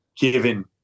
given